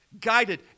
guided